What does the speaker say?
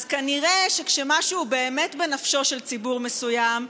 אז כנראה שכשמשהו באמת בנפשו של ציבור מסוים,